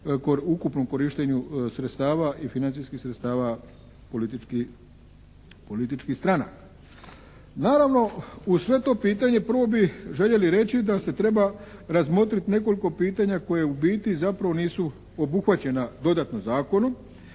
ukupnom korištenju sredstava i financijskih sredstava političkih stranaka. Naravno uz sve to pitanje prvo bi željeli reći da se treba razmotriti nekoliko pitanja koja u biti zapravo nisu obuhvaćena dodatno zakonom,